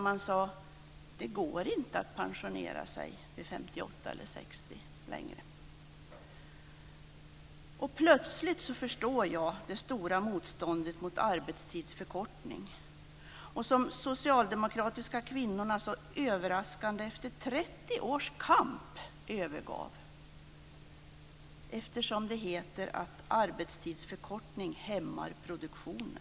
Man sade: Det går inte att pensionera sig vid Plötsligt förstår jag det stora motståndet mot arbetstidsförkortning. De socialdemokratiska kvinnorna övergav helt överraskande kravet på arbetstidsförkortning efter 30 års kamp. Arbetstidsförkortning hämmar produktionen, heter det ju.